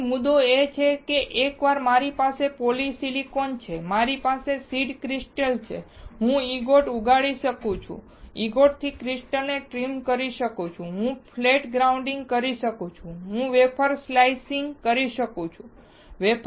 તેથી મુદ્દો એ છે કે એકવાર મારી પાસે પોલિસિલિકન છે મારી પાસે સીડ ક્રિસ્ટલ છે હું ઈંગોટ ઉગાડી શકું છું ઈંગોટ થી હું ક્રિસ્ટલને ટ્રિમ કરી શકું છું હું ફ્લેટ ગ્રાઇન્ડીંગ કરી શકું છું હું વેફર સ્લાઈસીંગ કરી શકું છું